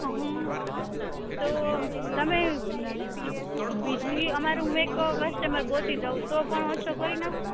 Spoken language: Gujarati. હ તો તમે બીજી અમારું એક કસ્ટમર ગોતી દઉં તો પણ ઓછો કરી નાખશો